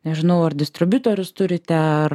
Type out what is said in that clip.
nežinau ar distribiutorius turite ar